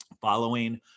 following